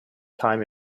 time